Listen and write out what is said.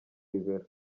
bibero